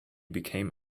became